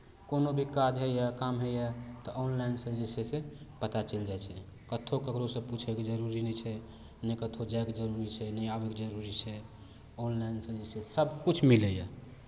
कोनो भी काज होइए काम होइए तऽ ऑनलाइनसँ जे छै से पता चलि जाइ छै कतहु ककरोसँ पूछयके जरूरी नहि छै नहि कतहु जायके जरूरी छै नहि आबयके जरूरी छै ऑनलाइनसँ जे छै से सभकिछु मिलैए